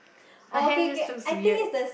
her hair looks so weird